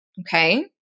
Okay